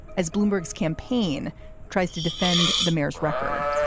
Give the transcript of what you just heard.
as bloomberg's campaign tries to defend the mayor's record.